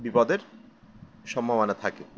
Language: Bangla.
বিপদের সম্ভবানা থাকে